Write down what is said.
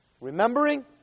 Remembering